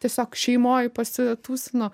tiesiog šeimoj pasitūsinu